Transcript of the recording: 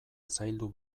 zaildu